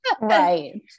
Right